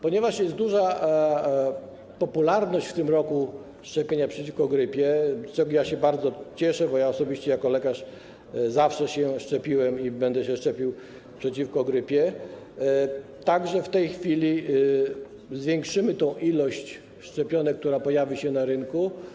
Ponieważ w tym roku jest duża popularność szczepienia przeciwko grypie, z czego ja się bardzo cieszę, bo osobiście jako lekarz zawsze się szczepiłem i będę się szczepił przeciwko grypie, w tej chwili zwiększymy ilość szczepionek, która pojawi się na rynku.